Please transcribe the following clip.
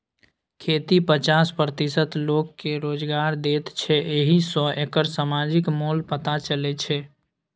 खेती पचास प्रतिशत लोककेँ रोजगार दैत छै एहि सँ एकर समाजिक मोल पता चलै छै